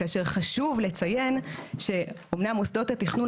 כאשר חשוב לציין שאמנם מוסדות התכנון